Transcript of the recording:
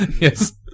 Yes